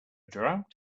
drought